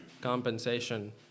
compensation